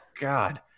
God